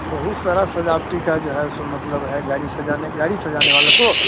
बहुत सारे सजावटी के जो है सो मतलब है गाड़ी सजाने गाड़ी सजाने वाला तो